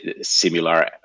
similar